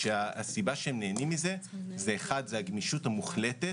הסיבה שהם נהנים מזה היא הגמישות המוחלטת.